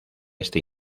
este